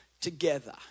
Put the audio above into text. together